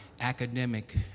academic